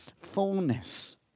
fullness